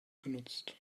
genutzt